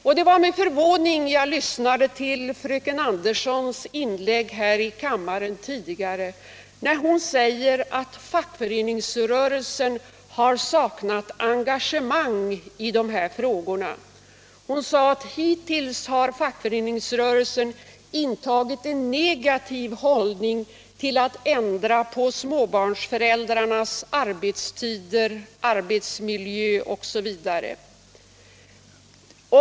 Jag lyssnade med förvåning till fröken Anderssons inlägg här i kammaren. Hon sade att fackföreningsrörelsen har saknat engagemang i dessa frågor och att fackföreningsrörelsen hittills har intagit en negativ hållning till att ändra på småbarnsföräldrarnas arbetstider, arbetsmiljö osv.